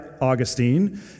Augustine